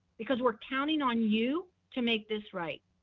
because we're counting on you to make this right.